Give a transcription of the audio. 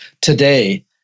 today